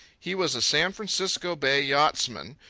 he was a san francisco bay yachtsman,